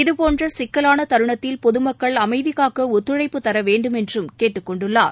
இதுபோன்ற சிக்கலான தருணத்தில் பொதுமக்கள் அமைதி காக்க ஒத்துழைப்பு தர வேண்டுமென்றும் கேட்டுக் கொண்டுள்ளார்